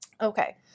Okay